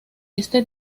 este